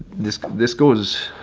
this, this goes,